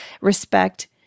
respect